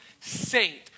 saint